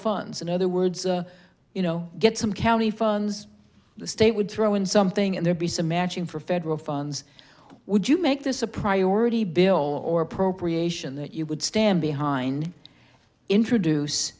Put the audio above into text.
funds in other words you know get some county funds the state would throw in something and there be some matching for federal funds would you make this a priority bill or appropriation that you would stand behind introduce